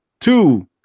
two